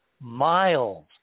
miles